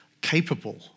capable